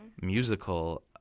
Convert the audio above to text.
musical